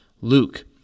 Luke